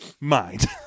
mind